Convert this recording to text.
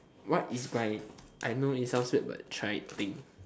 what is my I know it sounds weird but try thing